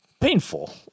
painful